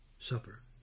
Supper